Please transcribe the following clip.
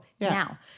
now